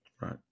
right